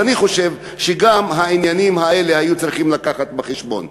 אז אני חושב שגם העניינים האלה היו צריכים לבוא בחשבון.